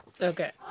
Okay